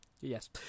yes